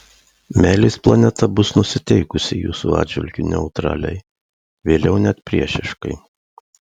meilės planeta bus nusiteikusi jūsų atžvilgiu neutraliai vėliau net priešiškai